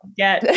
get